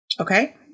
Okay